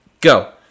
go